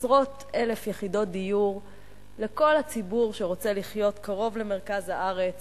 עשרות אלפי יחידות דיור לכל הציבור שרוצה לחיות קרוב למרכז הארץ